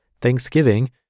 Thanksgiving